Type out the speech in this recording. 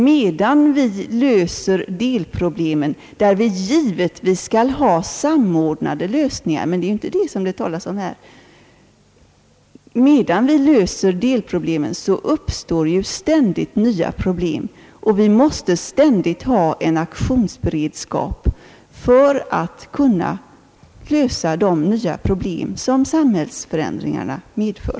Medan vi löser delproblemen, varvid vi givetvis skall ha samordnade lösningar — men det är inte det som det talas om här — uppstår ständigt nya problem, och vi måste ständigt ha en aktionsberedskap för att kunna lösa de nya problem som samhällsförändringarna medför.